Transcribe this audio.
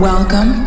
Welcome